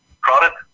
product